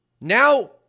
now